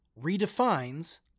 redefines